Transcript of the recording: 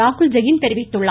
ராகுல் ஜெயின் தெரிவித்துள்ளார்